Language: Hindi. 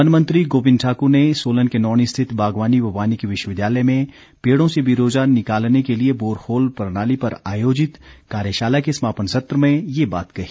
वन मंत्री गोविंद ठाकर ने सोलन के नौणी स्थित बागवानी व वानिकी विश्वविद्यालय में पेड़ों से बिरोजा निकालने के लिए बोर होल प्रणाली पर आयोजित कार्यशाला के समापन सत्र में ये बात कही